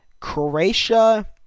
Croatia